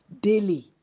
daily